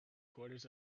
quarters